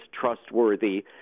trustworthy